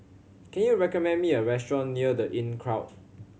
can you recommend me a restaurant near The Inncrowd